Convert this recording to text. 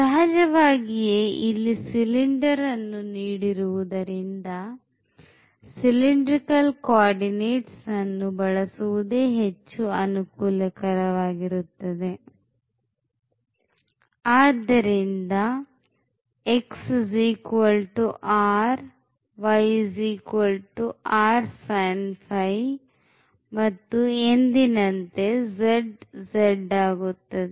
ಸಹಜವಾಗಿಯೇ ಇಲ್ಲಿ ಸಿಲಿಂಡರ್ ಅನ್ನು ನೀಡಿರುವುದರಿಂದ cylindrical co ordinates ಅನ್ನು ಬಳಸುವುದೇ ಹೆಚ್ಚು ಅನುಕೂಲಕರವಾಗಿರುತ್ತದೆ ಆದ್ದರಿಂದ ಮತ್ತು ಎಂದಿನಂತೆ zz ಆಗಿರುತ್ತದೆ